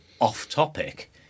off-topic